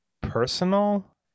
personal